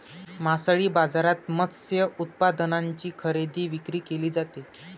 मासळी बाजारात मत्स्य उत्पादनांची खरेदी विक्री केली जाते